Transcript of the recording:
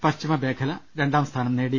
പശ്ചിമ മേഖല രണ്ടാം സ്ഥാനം നേടി